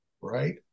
right